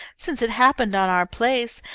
since it happened on our place,